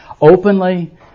Openly